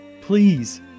Please